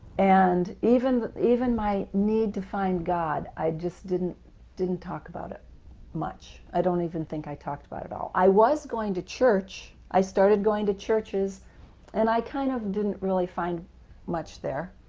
and even even my need to find god, i just didn't didn't talk about it much, i don't even think i talked about it all. i was going to church, i started going to churches and i kind of didn't really find much there.